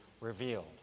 revealed